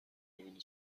ببینی